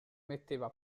metteva